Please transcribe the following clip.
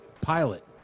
pilot